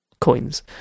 coins